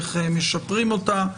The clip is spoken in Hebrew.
איך משפרים אותה,